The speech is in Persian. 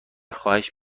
خواهش